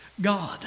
God